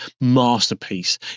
masterpiece